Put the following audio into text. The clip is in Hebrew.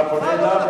אתה פונה אליו,